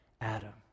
Adam